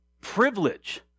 Privilege